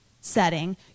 setting